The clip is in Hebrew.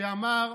כשאמר: